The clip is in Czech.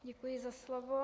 Děkuji za slovo.